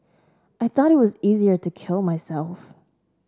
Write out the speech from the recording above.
I thought it was easier to kill myself